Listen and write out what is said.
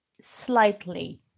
slightly